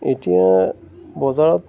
এতিয়া বজাৰত